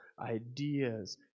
ideas